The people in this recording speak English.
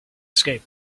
escape